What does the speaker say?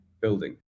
building